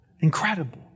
Incredible